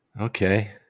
okay